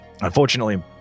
unfortunately